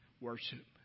worship